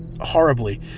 horribly